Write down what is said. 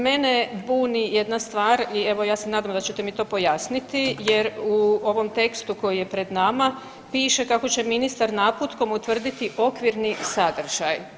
Mene buni jedna stvar i evo ja se nadam da ćete mi to pojasniti jer u ovom tekstu koji je pred nama piše kako će ministar naputkom utvrditi okvirni sadržaj.